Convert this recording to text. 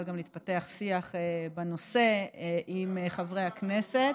גם להתפתח שיח בנושא עם חברי הכנסת.